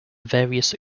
various